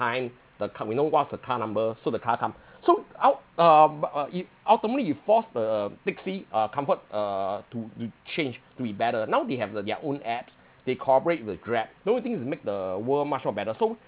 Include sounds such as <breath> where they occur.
time the ca~ you know what's the car number so the car come <breath> so out um uh it ultimately you force the taxi uh comfort uh to be changed to be better now they have the their own apps they cooperate with grab those things will make the world much more better so